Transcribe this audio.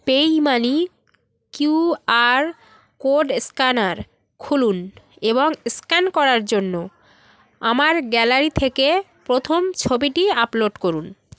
PayUmoney QR code scanner খুলুন এবং scan করার জন্য আমার গ্যালারি থেকে প্রথম ছবিটি আপলোড করুন